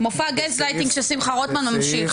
מופע הגזלייטינג של שמחה רוטמן ממשיך.